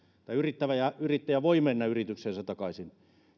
ja yrittäjä voi mennä yritykseensä takaisin